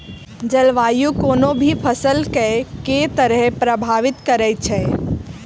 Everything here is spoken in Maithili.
जलवायु कोनो भी फसल केँ के तरहे प्रभावित करै छै?